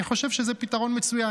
אני חושב שזה פתרון מצוין.